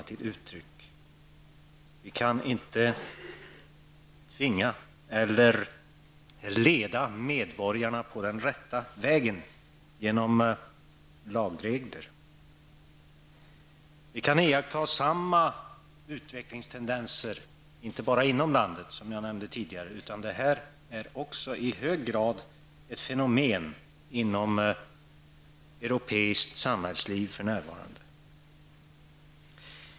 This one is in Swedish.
Vi kan inte tvinga eller leda medborgarna på den rätta vägen genom lagregler. Vi kan iaktta samma utvecklingstendenser och , inte bara inom landet, som jag nämnde tidigare. Här rör det sig i hög grad om ett fenomen inom allt europeiskt samhällsliv för närvarande.